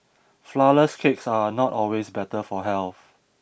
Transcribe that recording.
flourless cakes are not always better for health